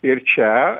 ir čia